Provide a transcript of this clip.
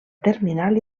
terminal